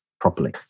properly